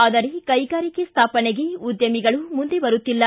ಆದರೆ ಕೈಗಾರಿಕೆ ಸ್ಥಾಪನೆಗೆ ಉದ್ಯಮಿಗಳು ಮುಂದೆ ಬರುತ್ತಿಲ್ಲ